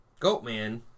Goatman